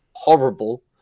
Horrible